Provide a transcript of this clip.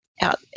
out